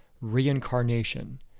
reincarnation